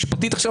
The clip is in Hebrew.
משפטית עכשיו,